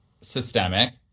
systemic